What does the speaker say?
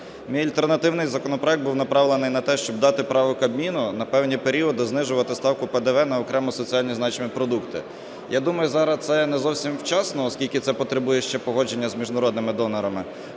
Мій альтернативний законопроект був направлений на те, щоб дати право Кабміну на певні періоди знижувати ставку ПДВ на окремі соціально значимі продукти. Я думаю, зараз це не зовсім вчасно, оскільки це потребує ще погодження з міжнародними донорами,